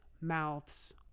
mouths